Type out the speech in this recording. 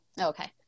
Okay